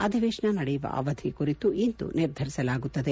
ಅಧಿವೇಶನ ನಡೆಯುವ ಅವಧಿ ಕುರಿತು ಇಂದು ನಿರ್ಧರಿಸಲಾಗುತ್ತದೆ